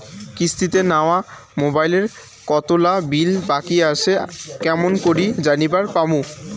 কিস্তিতে নেওয়া মোবাইলের কতোলা বিল বাকি আসে কেমন করি জানিবার পামু?